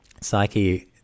Psyche